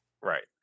Right